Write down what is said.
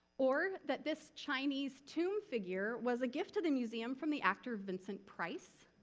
or that this chinese tomb figure was a gift to the museum from the actor vincent price.